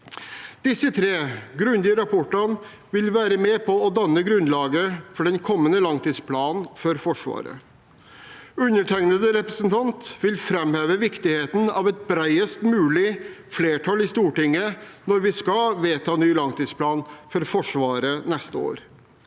Disse tre grundige rapportene vil være med på å danne grunnlaget for den kommende langtidsplanen for Forsvaret. Undertegnede representant vil framheve viktigheten av et bredest mulig flertall i Stortinget når vi skal vedta ny langtidsplan for Forsvaret neste år.